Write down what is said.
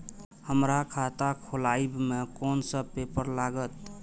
हमरा खाता खोलाबई में कुन सब पेपर लागत?